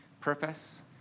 purpose